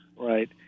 right